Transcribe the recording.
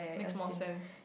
makes more sense